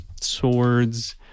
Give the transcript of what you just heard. swords